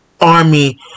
army